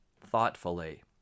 thoughtfully